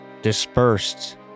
dispersed